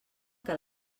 que